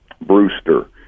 Brewster